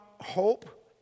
hope